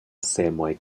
semoj